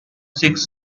six